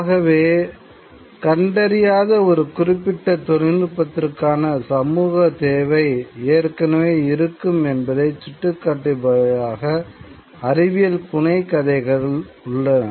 ஆகவே கண்டறியாத ஒரு குறிப்பிட்ட தொழில்நுட்பத்திற்கான சமூக தேவை ஏற்கனவே இருக்கும் என்பதை சுட்டிக்காட்டுபவையாக அறிவியல் புனைகதைகள் உள்ளன